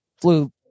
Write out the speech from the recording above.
flew